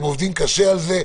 הם עובדים קשה בשביל זה,